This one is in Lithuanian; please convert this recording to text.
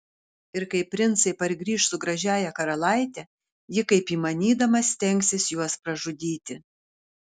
ir kai princai pargrįš su gražiąja karalaite ji kaip įmanydama stengsis juos pražudyti